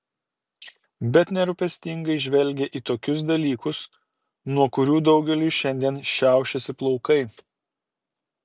bet nerūpestingai žvelgė į tokius dalykus nuo kurių daugeliui šiandien šiaušiasi plaukai